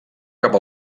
cap